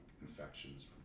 infections